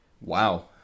Wow